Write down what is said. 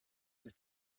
ist